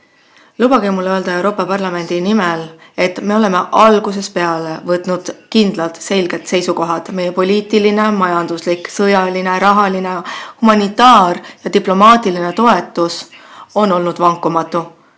Lubage mul Euroopa Parlamendi nimel öelda, et me oleme algusest peale võtnud kindlad ja selged seisukohad: meie poliitiline, majanduslik, sõjaline, rahaline, humanitaar- ja diplomaatiline toetus on olnud vankumatu